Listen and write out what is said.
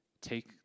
Take